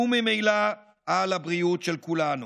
וממילא על הבריאות של כולנו.